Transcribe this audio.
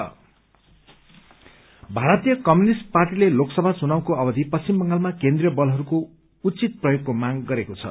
CPI भारतीय communist पार्टीले लोकसभा चुनावको अवधि पश्चिम बंगालमा केन्द्रीय बलहरूको उचित प्रयोगको माग गरेको छ